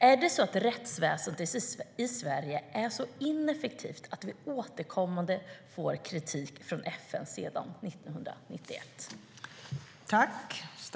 Är det så att rättsväsendet i Sverige är så ineffektivt att vi återkommande får kritik från FN sedan 1991?